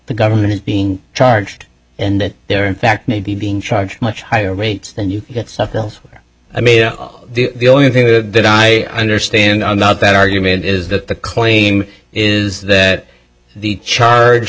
the government is being charged and that they're in fact maybe being charged much higher rates than you or i mean the only thing that i understand i'm not that argument is that the cleaning is that the charge